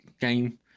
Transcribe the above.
game